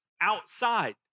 outside